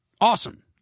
awesome